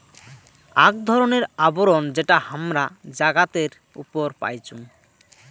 আক ধরণের আবরণ যেটা হামরা জাগাতের উপরে পাইচুং